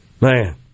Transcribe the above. Man